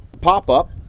pop-up